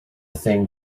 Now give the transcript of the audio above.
thing